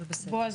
הכול בסדר.